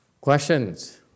Questions